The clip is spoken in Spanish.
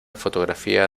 fotografía